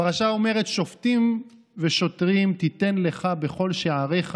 הפרשה אומרת "שֹׁפטים ושֹׁטרים תתן לך בכל שעריך